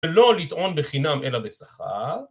ולא לטעון בחינם אלא בשכר